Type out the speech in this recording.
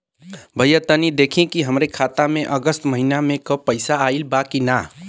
भईया तनि देखती की हमरे खाता मे अगस्त महीना में क पैसा आईल बा की ना?